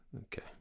Okay